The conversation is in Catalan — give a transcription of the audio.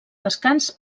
descans